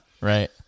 right